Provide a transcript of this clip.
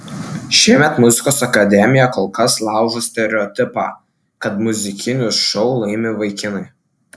šiemet muzikos akademija kol kas laužo stereotipą kad muzikinius šou laimi vaikinai